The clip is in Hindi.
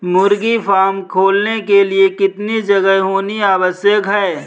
मुर्गी फार्म खोलने के लिए कितनी जगह होनी आवश्यक है?